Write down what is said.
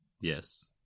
Yes